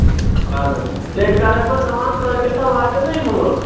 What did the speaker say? اَدٕ حظ تیٚلہِ کرکھ بہٕ رَوانہٕ کٲلۍکٮ۪تھ تام واتَن نہ یِم اور